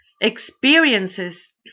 experiences